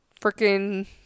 freaking